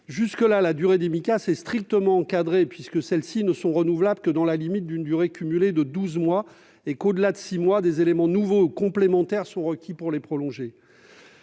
aujourd'hui, la durée des Micas est strictement encadrée, puisque celles-ci ne sont renouvelables que dans la limite d'une durée cumulée de douze mois et que, au-delà de six mois, des éléments nouveaux ou complémentaires sont requis pour les prolonger.